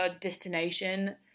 destination